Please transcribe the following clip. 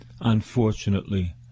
unfortunately